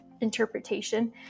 interpretation